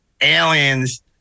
Aliens